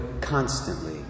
constantly